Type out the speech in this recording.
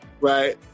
right